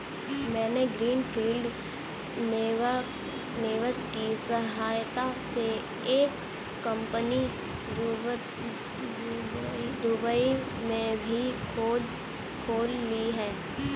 मैंने green field निवेश की सहायता से एक कंपनी दुबई में भी खोल ली है